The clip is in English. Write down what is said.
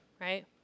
right